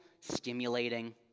stimulating